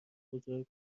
بزرگ